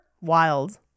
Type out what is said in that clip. wild